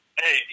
Hey